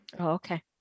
Okay